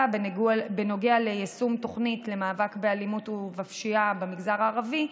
בנוגע ליישום תוכנית למאבק באלימות ובפשיעה במגזר הערבי.